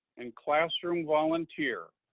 and classroom volunteer,